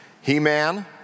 He-man